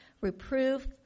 reproof